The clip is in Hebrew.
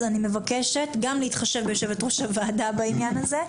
אז אני מבקשת גם להתחשב ביושבת-ראש הוועדה בעניין הזה.